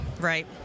right